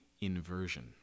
inversion